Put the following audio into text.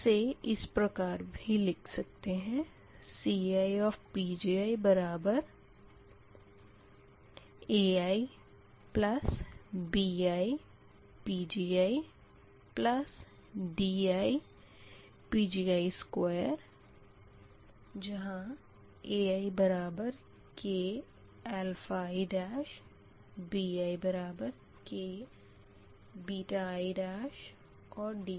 इसे इस प्रकार भी लिख सकते है CiPgiaibiPgidiPgi2 जहाँ aiki bik i और diki